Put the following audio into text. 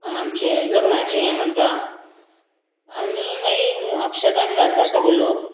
आमचें लग्नाचें हें म्हणटा आनी मागीर अक्षधा बी घालता सगळो लोक